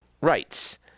rights